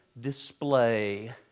display